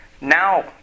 now